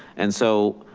and so